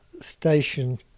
Station